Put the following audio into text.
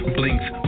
blinks